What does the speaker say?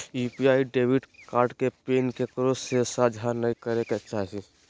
UPI debit card के PIN केकरो से साझा नइ करे के चाही